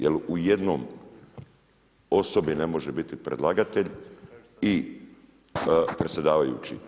Jer u jednoj osobi ne može biti predlagatelj i predsjedavajući.